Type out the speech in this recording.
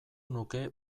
nuke